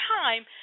time